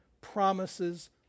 promises